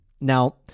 now